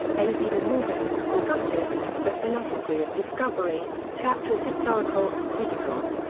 a b de morgan, augustus, the philosophy of discovery, chapters historical and critical.